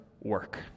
work